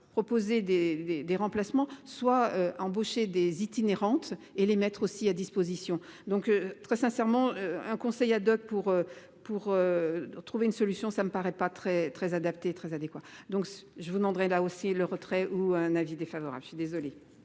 des des des remplacements soit embauché des itinérante et les mettre aussi à disposition donc très sincèrement un conseil adopte pour pour. Trouver une solution. Ça me paraît pas très très adaptée très adéquat. Donc je vous demanderai là aussi le retrait ou un avis défavorable je suis désolé.